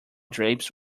drapes